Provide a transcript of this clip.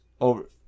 over